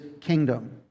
kingdom